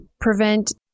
prevent